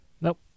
Nope